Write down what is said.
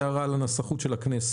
וזאת הערה לנסחות של הכנסת.